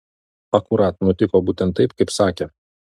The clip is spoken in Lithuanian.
akurat nutiko būtent taip kaip sakė